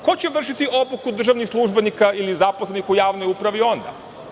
Ko će vršiti obuku državnih službenika ili zaposlenih u javnoj upravi onda?